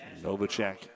Novacek